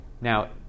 Now